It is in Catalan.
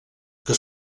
que